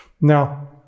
Now